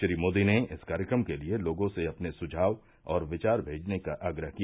श्री मोदी ने इस कार्यक्रम के लिए लोगों से अपने सुझाव और विचार भेजने का आग्रह किया